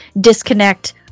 disconnect